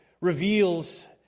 reveals